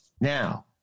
Now